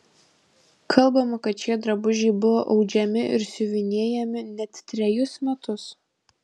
kalbama kad šie drabužiai buvo audžiami ir siuvinėjami net trejus metus